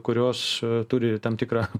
kurios turi tam tikrą